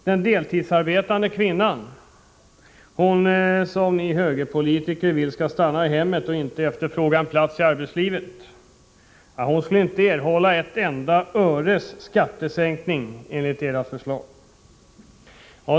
Den deltidsarbetande kvinnan, hon som ni högerpolitiker vill skall stanna i hemmet och inte efterfråga en plats i arbetslivet, skulle inte få ett enda öres skattesänkning enligt ert förslag.